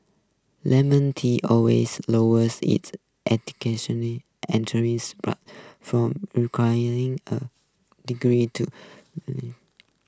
lemon tee always lowered its education entering from requiring a degree to